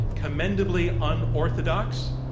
commendably unorthodox.